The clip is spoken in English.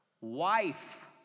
wife